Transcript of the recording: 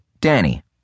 Danny